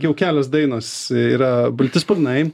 jau kelios dainos yra balti sparnai